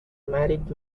married